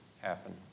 happen